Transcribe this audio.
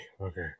okay